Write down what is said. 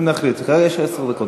אם נחליט, כרגע יש עשר דקות.